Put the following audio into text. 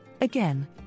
Again